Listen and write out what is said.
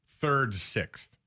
third-sixth